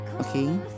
Okay